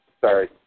Sorry